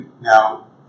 now